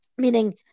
meaning